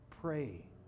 Pray